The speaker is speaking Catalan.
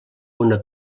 una